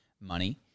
money